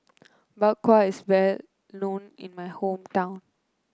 Bak Kwa is well known in my hometown